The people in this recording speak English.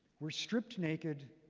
were stripped naked,